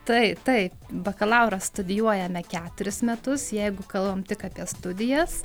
tai taip bakalaurą studijuojame keturis metus jeigu kalbam tik apie studijas